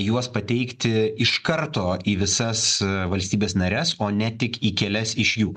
juos pateikti iš karto į visas valstybes nares o ne tik į kelias iš jų